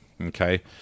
Okay